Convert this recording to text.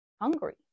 hungry